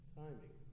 timing